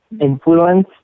influence